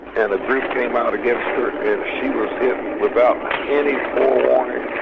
and a group came out against her and she was hit without any forewarning,